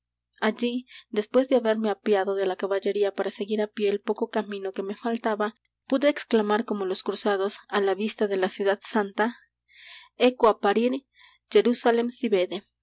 allí después de haberme apeado de la caballería para seguir á pie el poco camino que me faltaba pude exclamar como los cruzados á la vista de la ciudad santa ecco apparir gerusalem